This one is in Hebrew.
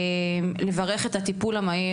אני רוצה לברך את הטיפול המהיר.